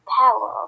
power